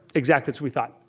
exactly as we thought.